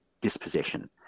dispossession